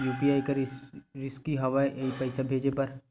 UPI का रिसकी हंव ए पईसा भेजे बर?